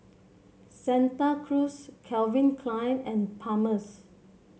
Santa Cruz Calvin Klein and Palmer's